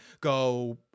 go